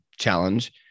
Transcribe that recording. challenge